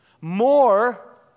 more